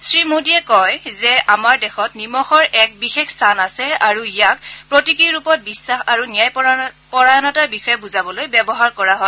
শ্ৰীমোদীয়ে কয় যে আমাৰ দেশত নিমখৰ এক বিশেষ স্থান আছে আৰু ইয়াক প্ৰতিকী ৰূপত বিখাস আৰু ন্যায়পৰায়ণতাৰ বিষয়ে বুজাবলৈ ব্যৱহাৰ কৰা হয়